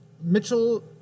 Mitchell